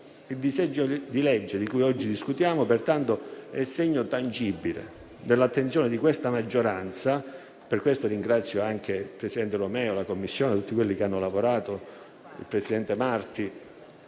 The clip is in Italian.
Il disegno di legge di cui oggi discutiamo, pertanto, è il segno tangibile dell'attenzione di questa maggioranza. Per questo ringrazio anche il presidente Romeo, la Commissione e tutti quelli che hanno lavorato, il presidente Marti